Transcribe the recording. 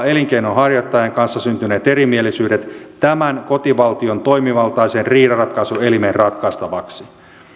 elinkeinonharjoittajan kanssa syntyneet erimielisyydet tämän kotivaltion toimivaltaisen riidanratkaisuelimen ratkaistavaksi